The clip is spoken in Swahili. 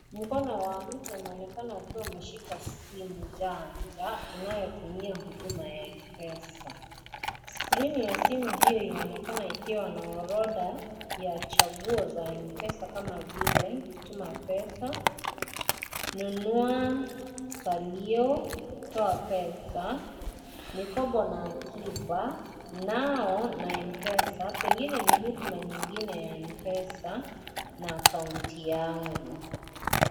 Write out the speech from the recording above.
Mkono wa mtu inaonekana ikiwa ikishika simu janja, inayotumia huduma ya mpesa. Skrini ya simu hiyo inaonekana ikiwa na orodha ya chaguo za mpesa kama vile tuma pesa, nunua salio, toa pesa, mikopo na akiba, nao na mpesa, pengine ni huduma nyingine ya mpesa na akaunti yangu.